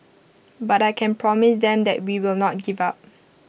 but I can promise them that we will not give up